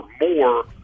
more